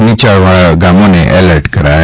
નીચાણવાળા ગામોને એલર્ટ કરાયા